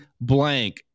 blank